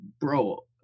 bro